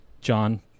john